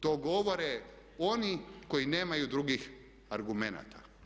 To govore oni koji nemaju drugih argumenata.